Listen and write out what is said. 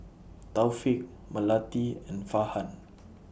Taufik Melati and Farhan